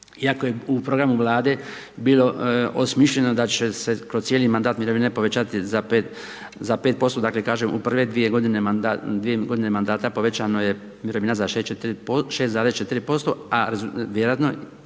iako je u programu vlade bilo osmišljeno da će se kroz cijeli mandat mirovine povećati za 5% dakle, kažem u prve 2 g. mandata povećano je mirovine za 6,4% a i vjerojatno